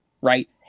right